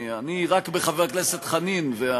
אני רק בחבר הכנסת חנין.